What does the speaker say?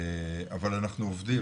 אבל אנחנו עובדים,